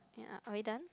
yeah are we done